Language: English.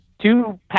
Two